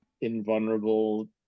invulnerable